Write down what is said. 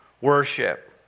worship